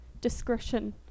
discretion